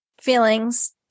feelings